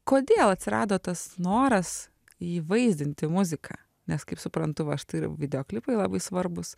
kodėl atsirado tas noras įvaizdinti muziką nes kaip suprantu va štai ir videoklipai labai svarbūs